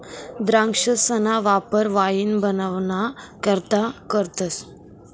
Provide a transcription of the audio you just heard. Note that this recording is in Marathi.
द्राक्षसना वापर वाईन बनवाना करता करतस